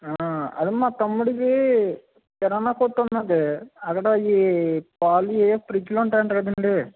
అదే మా తమ్ముడిది కిరాణా కొట్టు ఉందండి అక్కడ ఏ పాలు ఏ ఫ్రిజ్లు ఉంటాయి కదండి